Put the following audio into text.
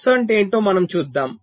bus అంటే ఏమిటో మనం చూద్దాం